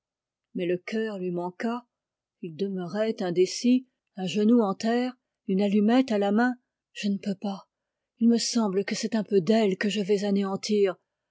mais le cœur lui manqua il demeurait indécis un genou en terre une allumette à la main je ne peux pas il me semble que c'est un peu d'elle que je vais anéantir